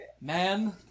Man